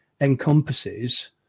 encompasses